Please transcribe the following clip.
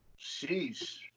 Sheesh